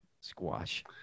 Squash